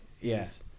Yes